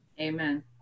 Amen